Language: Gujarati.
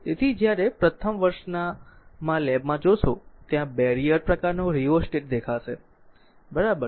તેથી જ્યારે પ્રથમ વર્ષમાં લેબ જોશો ત્યાં બેરીયર પ્રકારનો રિઓસ્ટેટ દેખાશે બરાબર